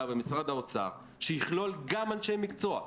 במשרד האוצר שיכלול גם אנשי מקצוע,